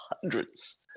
Hundreds